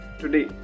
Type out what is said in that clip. today